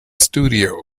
studio